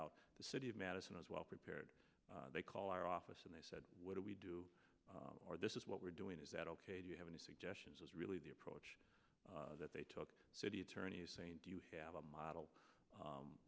out the city of madison as well prepared they call our office and they said what do we do or this is what we're doing is that ok do you have any suggestions is really the approach that they took the city attorney saying do you have a model